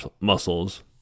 muscles